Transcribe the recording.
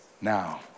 now